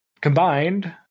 combined